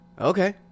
Okay